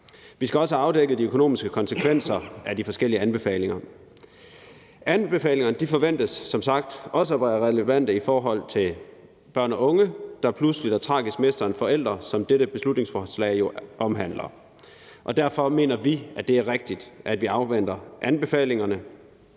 Vi skal også have afdækket de økonomiske konsekvenser af de forskellige anbefalinger. Anbefalingerne forventes som sagt også at være relevante i forhold til børn og unge, der pludseligt og tragisk mister en forælder, hvilket dette beslutningsforslag jo omhandler. Derfor mener vi, at det er rigtigt, at vi afventer anbefalingerne,